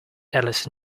alice